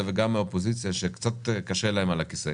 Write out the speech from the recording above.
וגם מהאופוזיציה שקצת קשה להם על הכיסא